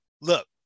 Look